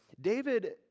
David